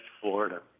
Florida